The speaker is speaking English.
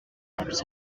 types